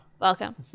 Welcome